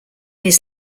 his